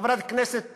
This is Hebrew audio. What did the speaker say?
חברת הכנסת